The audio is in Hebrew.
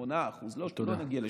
8%. לא נגיע ל-30%.